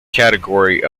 category